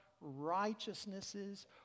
righteousnesses